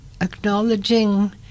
acknowledging